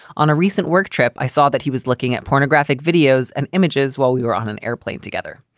on a recent work trip, i saw that he was looking at pornographic videos and images while we were on an airplane together.